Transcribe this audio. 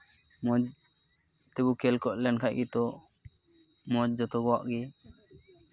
ᱢᱚᱡᱽ ᱛᱮᱵᱚ ᱠᱷᱮᱞ ᱠᱚᱜ ᱞᱮᱱᱠᱷᱟᱱ ᱜᱮᱛᱚ ᱢᱚᱡᱽ ᱡᱚᱛᱚ ᱠᱚᱣᱟᱜ ᱜᱮ